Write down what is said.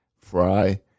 Fry